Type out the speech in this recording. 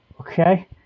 Okay